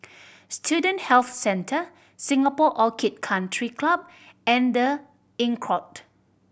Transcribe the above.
Student Health Centre Singapore Orchid Country Club and The Inncrowd